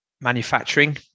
manufacturing